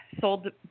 sold